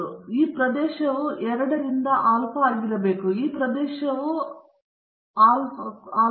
ಆದ್ದರಿಂದ ನೀವು ಈ ಪ್ರದೇಶವು 2 ರಿಂದ ಆಲ್ಫಾ ಆಗಿರಬೇಕು ಮತ್ತು ಈ ಪ್ರದೇಶವು ಆಲ್ಫಾ ಕೂಡ 2 ಆಗಿರುತ್ತದೆ